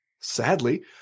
sadly